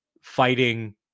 fighting